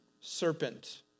serpent